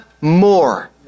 more